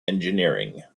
engineering